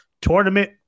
tournament